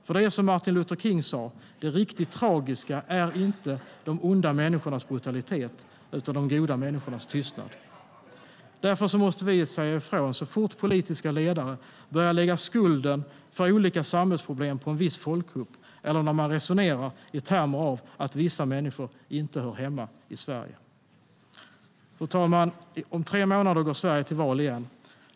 Det är som Martin Luther King sa: Det riktigt tragiska är inte de onda människornas brutalitet utan de goda människornas tystnad. Fru talman! Om tre månader går Sverige till val igen.